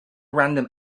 random